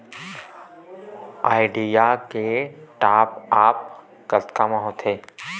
Idea के top आप कतका म होथे?